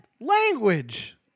language